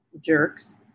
jerks